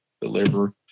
deliver